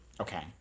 Okay